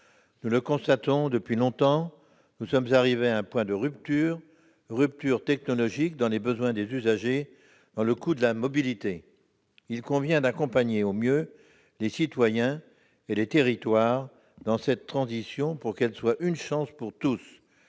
Nous le constatons depuis longtemps : nous sommes arrivés à un point de rupture- une rupture technologique -dans les besoins des usagers, dans le coût de la mobilité. Il convient d'accompagner au mieux les citoyens et les territoires dans cette transition pour qu'elle soit une chance pour tous,